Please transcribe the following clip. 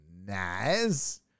Nice